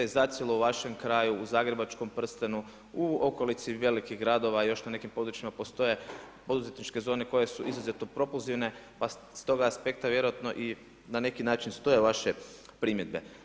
I zacijelo u vašem kraju u zagrebačkom prstenu u okolici velikih gradova i još na nekim područjima postoje poduzetničke zone koje su izuzetno propulzivne pa s toga aspekta vjerojatno i na neki način stoje vaše primjedbe.